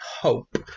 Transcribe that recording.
hope